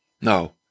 No